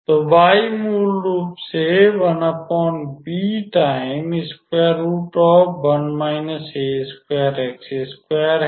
तो y मूल रूप से है